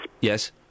Yes